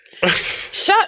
Shut